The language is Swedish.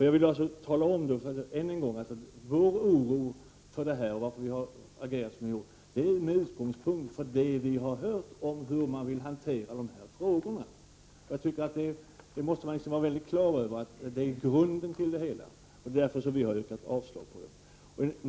Jag vill än en gång tala om att anledningen till vår oro och till att vi har agerat som vi har gjort är vad vi har hört sägas om hur man vill hantera dessa frågor. Man måste vara på det klara med att detta är grunden till det hela. Det är skälet till att vi har yrkat avslag.